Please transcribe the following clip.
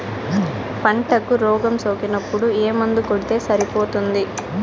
పంటకు రోగం సోకినపుడు ఏ మందు కొడితే సరిపోతుంది?